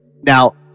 Now